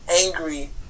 angry